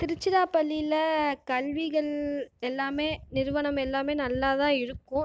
திருச்சிராப்பள்ளியில் கல்விகள் எல்லாமே நிறுவனம் எல்லாமே நல்லா தான் இருக்கும்